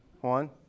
one